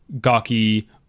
gawky